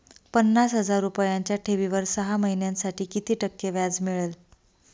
पन्नास हजार रुपयांच्या ठेवीवर सहा महिन्यांसाठी किती टक्के व्याज मिळेल?